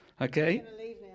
Okay